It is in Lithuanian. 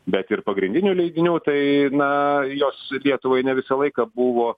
bet ir pagrindinių leidinių tai na jos lietuvai ne visą laiką buvo